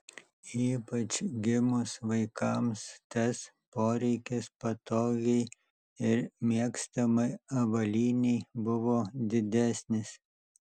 ypač gimus vaikams tas poreikis patogiai ir mėgstamai avalynei buvo didesnis